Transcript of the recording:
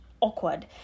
awkward